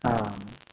हँ